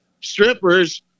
strippers